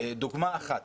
דוגמא אחת